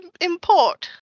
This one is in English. import